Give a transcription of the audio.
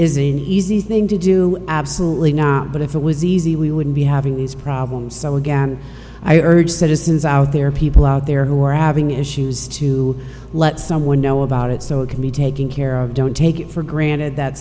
easy thing to do absolutely not but if it was easy we wouldn't be having these problems so again i urge citizens out there people out there who are adding issues to let someone know about it so it can be taken care of don't take it for granted that